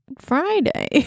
Friday